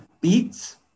beats